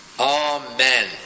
Amen